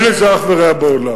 אין לזה אח ורע בעולם.